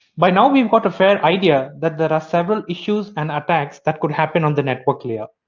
by now we have got a fair idea that there are several issues and attacks that could happen on the network layer.